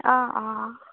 অঁ অঁ